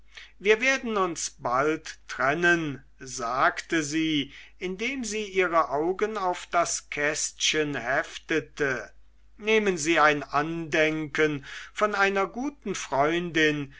wir werden uns bald trennen sagte sie indem sie ihre augen auf das kästchen heftete nehmen sie ein andenken von einer guten freundin